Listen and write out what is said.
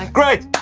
great.